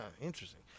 Interesting